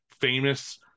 famous